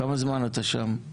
כמה זמן אתה שם?